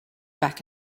back